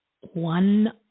one